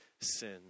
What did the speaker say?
sin